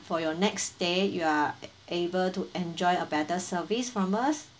for your next day you are able to enjoy a better service from us